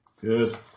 Good